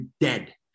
dead